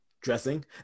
Dressing